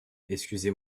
excusez